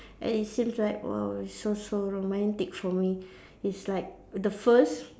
and it seems like !wow! so so romantic for me it's like the first